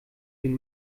den